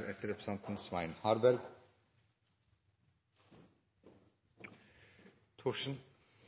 at representanten